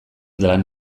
lan